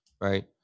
right